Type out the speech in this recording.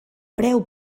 preu